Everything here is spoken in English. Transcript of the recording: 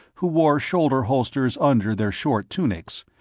who wore shoulder holsters under their short tunics,